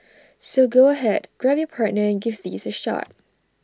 so go ahead grab your partner and give these A shot